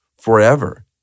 forever